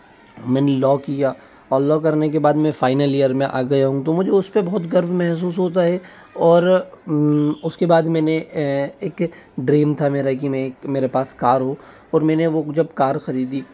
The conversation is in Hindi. मैंने लॉ किया और लॉ करने के बाद मैं फ़ाइनल यर में आ गया हूँ तो मुझे उसपे बहुत गर्व महसूस होता है और उसके बाद मैंने एक ड्रीम था मेरा कि मेरे पास कार हो और मैंने वो जब कार खरीदी